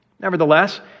Nevertheless